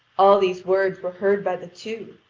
all these words were heard by the two,